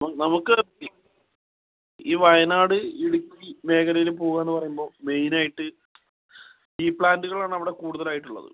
നമുക്ക് ഈ ഈ വയനാട് ഇടുക്കി മേഖലയിൽ പോവുക എന്ന് പറയുമ്പോൾ മെയ്ൻ ആയിട്ട് റ്റ് ടീ പ്ലാന്റുകളാണ് അവിടെ കൂടുതലായിട്ട് ഉള്ളത്